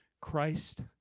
Christ